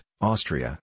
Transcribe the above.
Austria